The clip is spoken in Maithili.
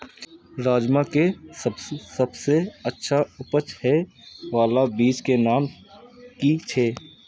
राजमा के सबसे अच्छा उपज हे वाला बीज के नाम की छे?